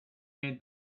made